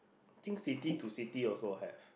think city to city also have